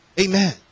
Amen